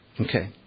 Okay